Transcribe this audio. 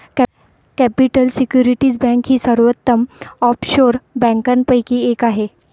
capital security bank ही सर्वोत्तम offshore बँकांपैकी एक आहे